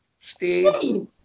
Steve